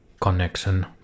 connection